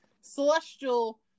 celestial